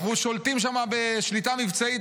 אנחנו שולטים שם בשליטה מבצעית,